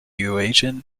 eurasian